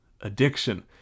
addiction